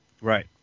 Right